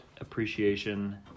Appreciation